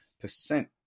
percent